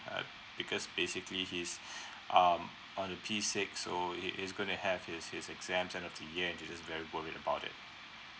uh because basically he is um uh on the P six so it is going to have his his exams end of the year and he is very worried about it